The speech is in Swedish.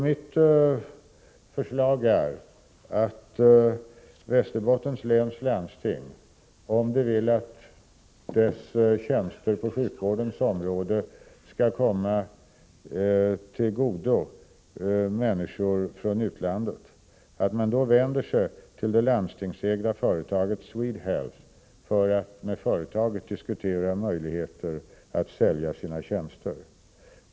Mitt förslag är alltså att Västerbottens läns landsting — som man vill att landstingets tjänster på sjukvårdens område skall komma människor från utlandet till godo — vänder sig till det landstingsägda företaget SwedeHealth för att med företaget diskutera möjligheterna att sälja tjänster.